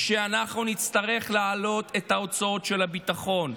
הוא שאנחנו נצטרך להעלות את ההוצאות של הביטחון.